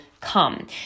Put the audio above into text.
come